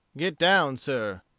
get down, sir,